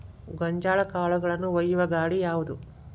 ಗೋಂಜಾಳ ಕಾಳುಗಳನ್ನು ಒಯ್ಯುವ ಗಾಡಿ ಯಾವದು?